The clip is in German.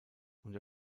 unter